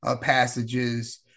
passages